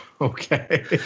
okay